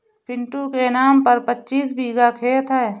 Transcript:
पिंटू के नाम पर पच्चीस बीघा खेत है